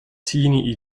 teenie